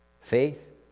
Faith